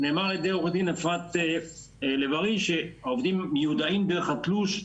נאמר על ידי עו"ד אפרת לב ארי שהעובדים מיודעים דרך התלוש.